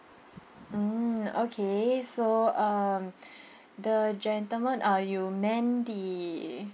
mm okay so uh the gentlemen uh you meant the